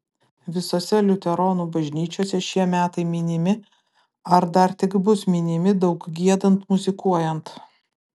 visose liuteronų bažnyčiose šie metai minimi ar dar tik bus minimi daug giedant muzikuojant